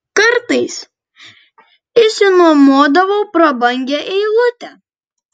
kartais išsinuomodavau prabangią eilutę